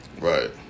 Right